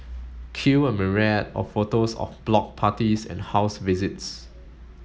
cue a myriad of photos of block parties and house visits